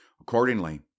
Accordingly